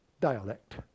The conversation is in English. dialect